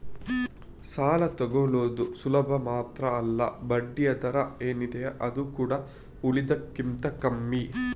ಸಾಲ ತಕ್ಕೊಳ್ಳುದು ಸುಲಭ ಮಾತ್ರ ಅಲ್ಲ ಬಡ್ಡಿಯ ದರ ಏನಿದೆ ಅದು ಕೂಡಾ ಉಳಿದದಕ್ಕಿಂತ ಕಮ್ಮಿ